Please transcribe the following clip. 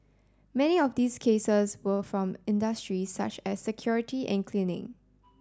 many of these cases were from industries such as security and cleaning